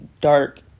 dark